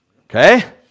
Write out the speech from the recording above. Okay